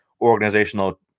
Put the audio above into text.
organizational